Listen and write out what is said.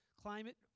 climate